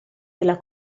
della